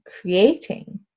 creating